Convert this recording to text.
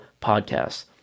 Podcasts